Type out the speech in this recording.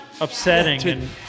upsetting